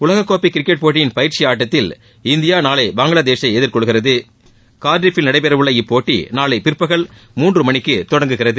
உலகக்கோப்பை கிரிக்கெட் போட்டியின் பயிற்சி ஆட்டத்தில் இந்தியா நாளை பங்களாதேஷை எதிர்கொள்கிறதுகார்டிஃப் யில் நடைபெறவுள்ள இப்போட்டி நாளை பிற்பகல் மூன்று மணிக்கு தொடங்குகிறது